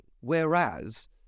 Whereas